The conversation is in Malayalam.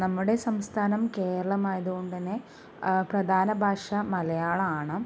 നമ്മുടെ സംസ്ഥാനം കേരളമായതുകൊണ്ട് തന്നെ പ്രധാന ഭാഷ മലയാളമാണ്